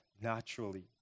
naturally